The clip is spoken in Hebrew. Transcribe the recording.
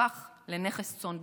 הפך לנכס צאן ברזל.